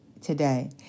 today